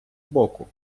боку